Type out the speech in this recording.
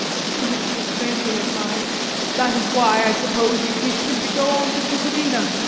to which the stranger replied that is why, i suppose, you wished him to go on to bukovina.